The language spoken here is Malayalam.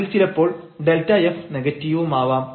അതിൽ ചിലപ്പോൾ Δf നെഗറ്റീവുമാവാം